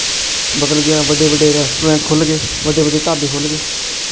ਬਦਲ ਗਿਆ ਵੱਡੇ ਵੱਡੇ ਰੈਸਟੋਰੈਂਟ ਖੁੱਲ੍ਹ ਗਏ ਵੱਡੇ ਵੱਡੇ ਢਾਬੇ ਖੁੱਲ੍ਹ ਗਏ